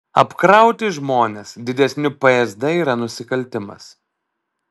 apkrauti žmones didesniu psd yra nusikaltimas